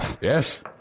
yes